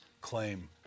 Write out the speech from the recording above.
claim